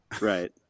Right